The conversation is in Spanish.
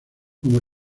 como